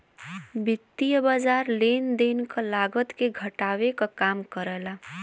वित्तीय बाज़ार लेन देन क लागत के घटावे क काम करला